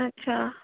अच्छा